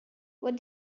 what